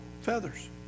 feathers